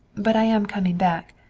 but i am coming back.